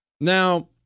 Now